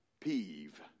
peeve